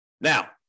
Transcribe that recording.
Now